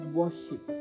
worship